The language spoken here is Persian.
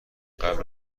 قبل